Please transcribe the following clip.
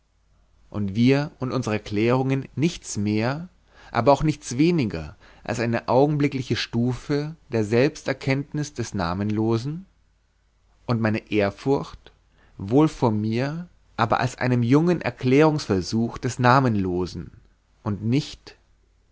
und wir und unsere erklärungen nichts mehr aber auch nichts weniger als eine augenblickliche stufe der selbsterkenntnis des namenlosen und meine ehrfurcht wohl vor mir aber als einem jungen erklärungsversuch des namenlosen und nicht